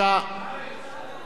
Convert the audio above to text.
אדוני היושב-ראש,